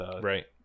Right